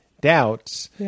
doubts